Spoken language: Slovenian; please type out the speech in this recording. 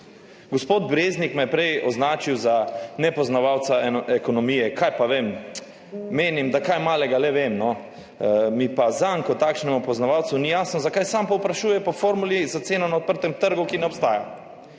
Gospod Breznik me je prej označil za nepoznavalca ekonomije. Kaj pa vem, menim, da kaj malega le vem. Mi pa zanj kot takšnemu poznavalcu ni jasno, zakaj sam povprašuje po formuli za ceno na odprtem trgu, ki ne obstaja.